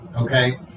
okay